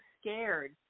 scared